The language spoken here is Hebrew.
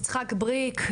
יצחק בריק,